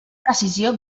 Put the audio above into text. precisió